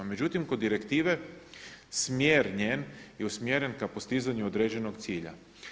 Međutim kod direktive smjer njen je usmjeren k postizanju određenog cilja.